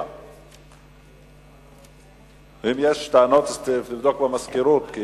7. אם יש טענות, תבדוק במזכירות.